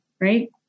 right